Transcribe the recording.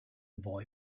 boy